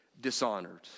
dishonored